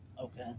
Okay